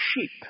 sheep